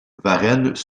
varennes